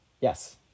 Yes